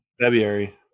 February